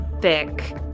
thick